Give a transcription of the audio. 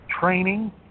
training